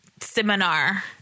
seminar